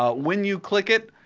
ah when you click it,